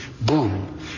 boom